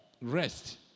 Rest